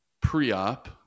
pre-op